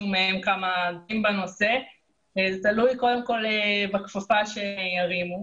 זה תלוי בכפפה שירימו.